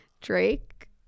Drake